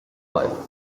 but